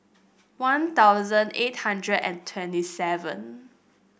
One Thousand eight hundred and twenty seven